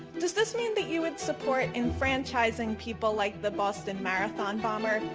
does this mean that you would support enfranchising people like the boston marathon bomber,